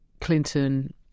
Clinton